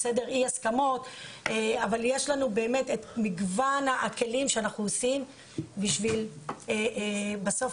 אבל יש לנו באמת מגוון הכלים בשביל בסוף